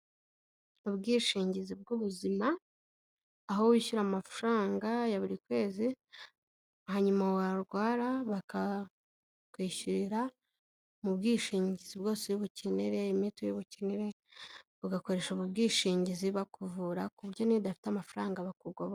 Ubwishingizi bw'ubuzima, aho wishyura amafaranga ya buri kwezi, hanyuma warwara bakakwishyurira mu bwishingizi bwose uri bukenere, imiti uri ubukene, ugakoresha ubu bwishingizi bakuvura, ku buryo n'iyo udafite amafaranga bakugoboka.